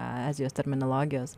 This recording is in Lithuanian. azijos terminologijos